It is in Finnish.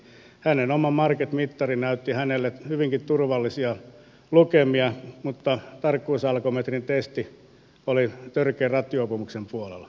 hänen oma marketmittarinsa näytti hänelle hyvinkin turvallisia lukemia mutta tarkkuusalkometrin testi oli törkeän rattijuopumuksen puolella